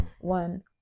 one